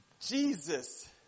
Jesus